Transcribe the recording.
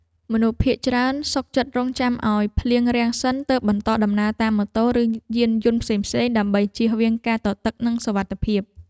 មនុស្សភាគច្រើនសុខចិត្តរង់ចាំឱ្យភ្លៀងរាំងសិនទើបបន្តដំណើរតាមម៉ូតូ ឬយានយន្ដផ្សេងៗដើម្បីជៀសវាងការទទឹកនិងសុវត្ថិភាព។